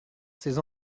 ses